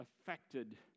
affected